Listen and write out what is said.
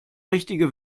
richtige